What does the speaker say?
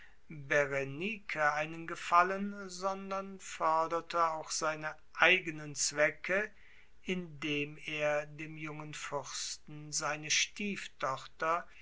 einen gefallen sondern foerderte auch seine eigenen zwecke indem er dem jungen fuersten seine stieftochter